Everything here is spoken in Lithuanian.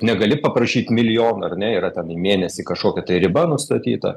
negali paprašyt milijono ar ne yra ten į mėnesį kažkokia tai riba nustatyta